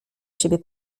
siebie